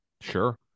Sure